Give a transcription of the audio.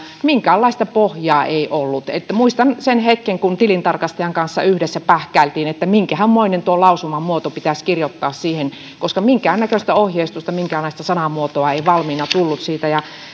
minkäänlaista pohjaa ei ollut muistan sen hetken kun tilintarkastajan kanssa yhdessä pähkäiltiin minkähänmoinen lausuman muoto pitäisi kirjoittaa siihen koska minkäännäköistä ohjeistusta minkäänlaista sanamuotoa ei valmiina tullut siitä